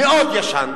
מאוד ישן,